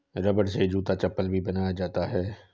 रबड़ से जूता चप्पल भी बनाया जाता है